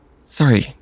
sorry